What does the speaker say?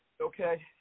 okay